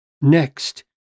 Next